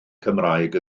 cymraeg